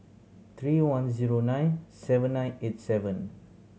three ten zero nine seven nine eight seven